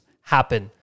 happen